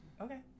Okay